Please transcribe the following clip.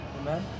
Amen